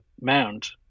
mound